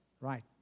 Right